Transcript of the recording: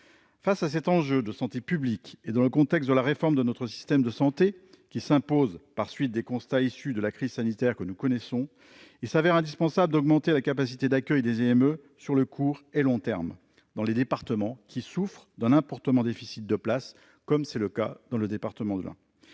Face à cet enjeu de santé publique et dans le contexte de nécessaire réforme de notre système de santé, à la suite des constats tirés de la crise sanitaire que nous connaissons, il s'avère indispensable d'augmenter la capacité d'accueil des IME, sur le court et le long terme, dans les départements souffrant d'un fort déficit de places, comme c'est le cas de l'Ain.